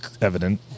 evident